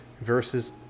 versus